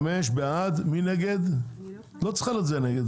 חמש, מי נגד?, מי נמנע?